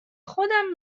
خودم